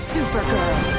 Supergirl